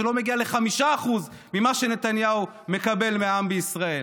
שלא מגיע ל-5% ממה שנתניהו מקבל מהעם בישראל.